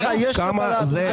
אני אתן לך דוגמה --- לא,